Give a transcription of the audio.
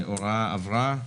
ההוראה עברה.